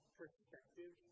perspective